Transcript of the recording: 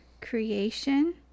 creation